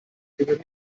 klingeln